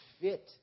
fit